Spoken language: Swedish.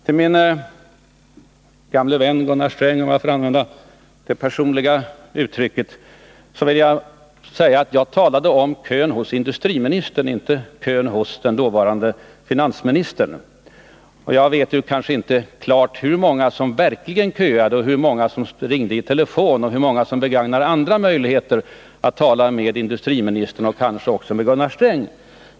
Till min gamle vän Gunnar Sträng — om jag får använda det personliga uttrycket — vill jag säga att jag talade om kön hos industriministern och inte hos den dåvarande finansministern. Jag vet kanske inte riktigt hur många som verkligen köade, hur många som ringde i telefon och hur många som begagnade andra möjligheter att tala med industriministern och kanske också med Gunnar Sträng.